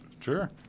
Sure